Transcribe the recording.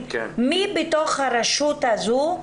מי בתוך הרשות הזו,